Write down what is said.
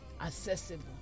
accessible